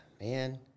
Man